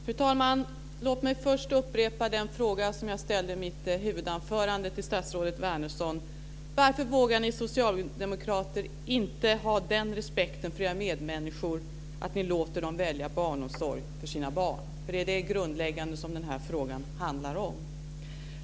Fru talman! Låt mig först upprepa den fråga som jag i mitt huvudanförande ställde till statsrådet Wärnersson: Varför vågar ni socialdemokrater inte ha den respekten för era medmänniskor att ni låter dem välja barnomsorg för sina barn? Detta är ju det grundläggande som det här handlar om.